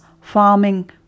farming